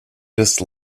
just